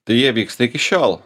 tai jie vyksta iki šiol